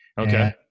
Okay